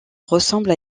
ressemble